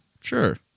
sure